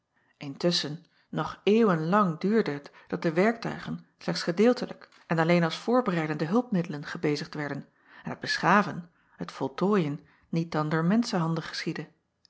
tusschen nog eeuwen lang duurde het dat de werktuigen slechts gedeeltelijk en alleen als voorbereidende hulpmiddelen gebezigd werden en het beschaven het voltooien niet dan door menschenhanden geschiedde